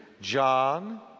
John